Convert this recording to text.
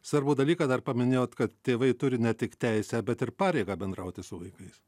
svarbų dalyką dar paminėjot kad tėvai turi ne tik teisę bet ir pareigą bendrauti su vaikais